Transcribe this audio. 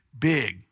big